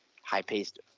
high-paced